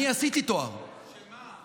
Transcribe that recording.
אני עשיתי תואר, שמה?